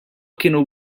kienu